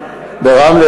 הרצח ברמלה.